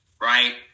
right